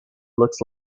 looks